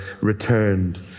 returned